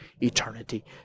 eternity